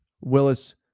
Willis